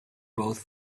both